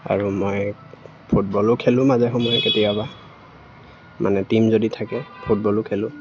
আৰু মই ফুটবলো খেলোঁ মাজে সময়ে কেতিয়াবা মানে টীম যদি থাকে ফুটবলো খেলোঁ